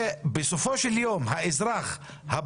תראו מה אתם נותנים בסופו של יום לאזרח הפשוט,